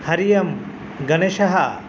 हरि ओम् गणेशः